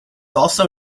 also